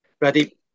Ready